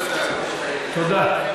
תודה.